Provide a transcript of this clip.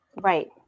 right